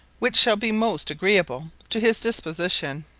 which shal be most agreeable to his disposition.